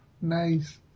Nice